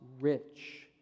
rich